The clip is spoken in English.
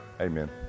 Amen